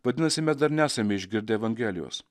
vadinasi mes dar nesame išgirdę evangelijos